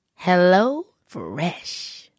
HelloFresh